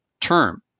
term